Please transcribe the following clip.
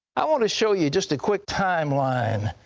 i want to show you just a quick timeline.